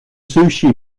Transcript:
sushi